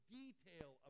detail